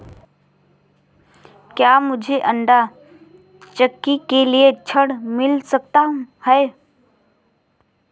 क्या मूझे आंटा चक्की के लिए ऋण मिल सकता है?